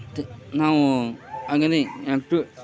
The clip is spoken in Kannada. ತ್ ನಾವು ಅಗದಿ ಆ್ಯಕ್ಟಿವ್